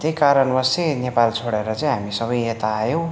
र त्यही कारणवश चाहिँ नेपाल छोडेर चाहिँ हामी सबै यता आयौँ र